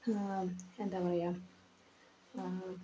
എന്താ പറയുക